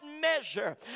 measure